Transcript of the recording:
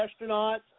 astronauts